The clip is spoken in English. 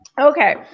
Okay